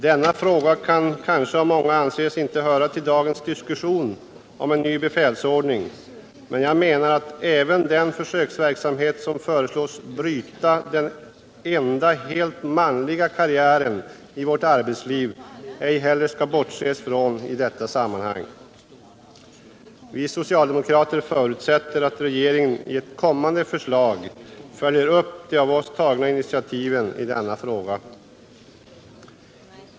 Denna fråga kan kanske av många anses inte höra till dagens diskussion om en ny befälsordning, men jag menar att man i detta sammanhang ej skall bortse från den försöksverksamhet som föreslås bryta den enda helt manliga karriären i vårt arbetsliv. Vi socialdemokrater förutsätter att regeringen i ett kommande förslag följer upp de av oss tagna initiativen i denna fråga.